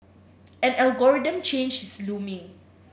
an algorithm change is looming